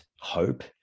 hope